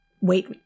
wait